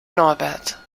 norbert